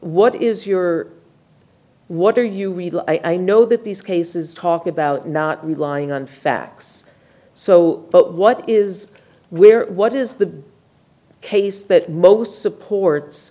what is your what are you real i know that these cases talk about not relying on facts so what is where what is the case that most supports